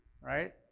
right